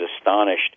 astonished